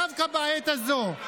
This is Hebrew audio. דווקא בעת הזו?